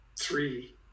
three